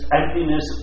emptiness